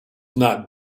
not